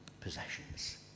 possessions